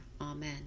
Amen